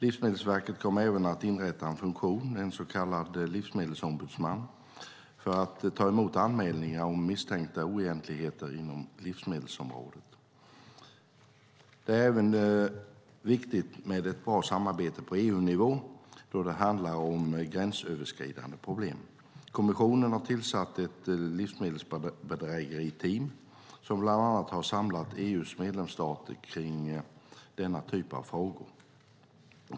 Livsmedelsverket kommer även att inrätta en funktion, en så kallad livsmedelsombudsman, för att ta emot anmälningar om misstänkta oegentligheter inom livsmedelsområdet. Det är även viktigt med ett bra samarbete på EU-nivå då det handlar om gränsöverskridande problem. Kommissionen har tillsatt ett livsmedelsbedrägeriteam, som bland annat har samlat EU:s medlemsstater kring denna typ av frågor.